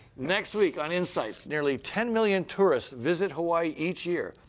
next week on insights nearly ten million tourists visit hawai'i each year.